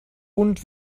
und